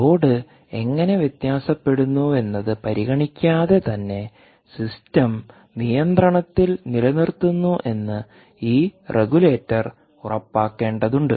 load എങ്ങനെ വ്യത്യാസപ്പെടുന്നുവെന്നത് പരിഗണിക്കാതെ തന്നെ സിസ്റ്റം നിയന്ത്രണത്തിൽ നിലനിർത്തുന്നു എന്ന് ഈ റെഗുലേറ്റർ ഉറപ്പാക്കേണ്ടതുണ്ട്